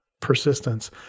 persistence